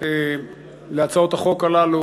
על הצעות החוק הללו,